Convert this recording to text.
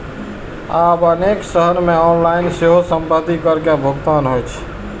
आब अनेक शहर मे ऑनलाइन सेहो संपत्ति कर के भुगतान होइ छै